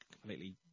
completely